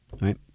right